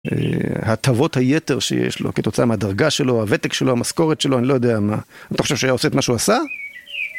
הטבות היתר שיש לו, כתוצאה מהדרגה שלו, הוותק שלו, המשכורת שלו, אני לא יודע מה. אתה חושב שהיה עושה את מה שהוא עשה?